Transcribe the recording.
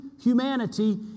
humanity